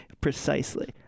Precisely